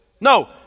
No